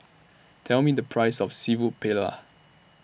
Tell Me The Price of Seafood Paella